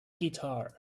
guitar